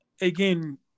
again